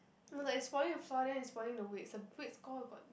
no no it's falling to floor then it's falling the weight weight score got